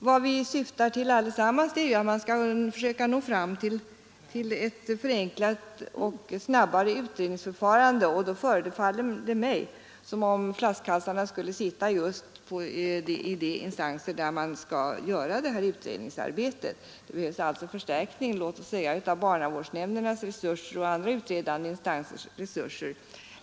Vad vi alla syftar till är ju att försöka nå fram till ett förenklat och ett snabbare utredningsförfarande, och då förefaller det mig som om flaskhalsarna skulle sitta just i de instanser där utredningsarbetet skall göras. Det behövs alltså förstärkning av låt oss a barnavårdsnämndernas resurser och av andra utredande instansers resurser.